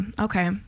okay